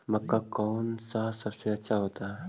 मक्का कौन सा सबसे अच्छा होता है?